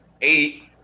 eight